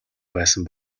байсан